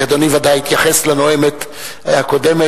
אדוני בוודאי יתייחס לנואמת הקודמת,